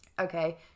okay